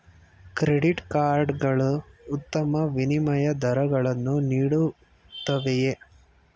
Credit card ಗಳು ಉತ್ತಮ ವಿನಿಮಯ ದರಗಳನ್ನು ನೀಡುತ್ತವೆಯೇ?